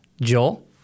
Joel